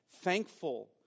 Thankful